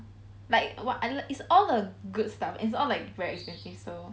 like what other is all the good stuff it's all like very expensive so